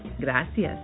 gracias